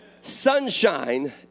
sunshine